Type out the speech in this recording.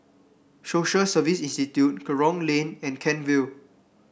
Social Service Institute Kerong Lane and Kent Vale